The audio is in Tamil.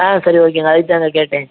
ஆ சரி ஓகேங்க அதுக்குதாங்க கேட்டேன்